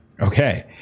Okay